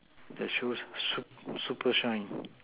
that shows sup~ super shine